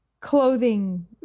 clothing